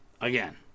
Again